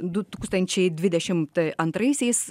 du tūkstančiai dvidešimt antraisiais